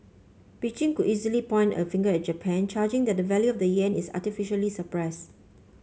Beijing could easily point a finger at Japan charging that the value of the yen is artificially suppress